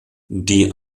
die